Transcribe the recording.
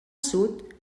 sud